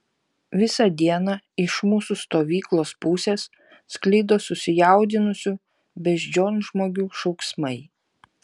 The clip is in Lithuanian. visą dieną iš mūsų stovyklos pusės sklido susijaudinusių beždžionžmogių šauksmai